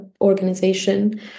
organization